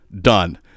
done